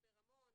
מצפה רמון,